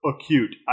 acute